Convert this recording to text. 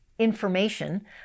information